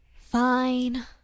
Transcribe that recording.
Fine